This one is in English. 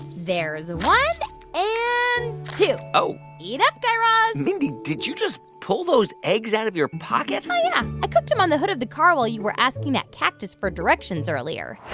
there's one and two oh eat up, guy raz mindy, did you just pull those eggs out of your pocket? oh, yeah. i cooked them on the hood of the car while you were asking that cactus for directions earlier ah,